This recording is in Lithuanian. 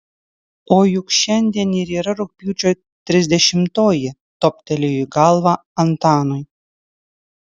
o juk šiandien ir yra rugpjūčio trisdešimtoji toptelėjo į galvą antanui